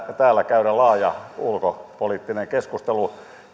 täällä käydä laaja ulkopoliittinen keskustelu